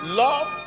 love